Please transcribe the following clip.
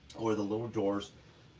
or the little doors.